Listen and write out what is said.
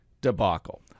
debacle